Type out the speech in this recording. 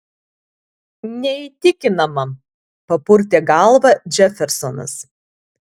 neįtikinama papurtė galvą džefersonas